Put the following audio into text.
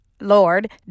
lord